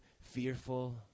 fearful